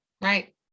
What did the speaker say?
Right